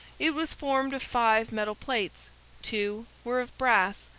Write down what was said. it was formed of five metal plates two were of brass,